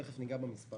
תיכף ניגע במספרים.